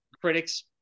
critics